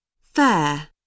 Fair